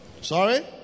Sorry